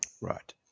Right